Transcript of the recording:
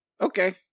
Okay